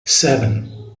seven